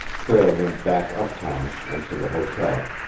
prale went back uptown and to the hotel.